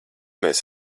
mēs